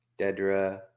Dedra